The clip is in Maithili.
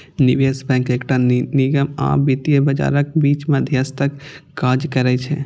निवेश बैंक एकटा निगम आ वित्तीय बाजारक बीच मध्यस्थक काज करै छै